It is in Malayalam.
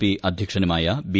പി അദ്ധ്യക്ഷനുമായ ബി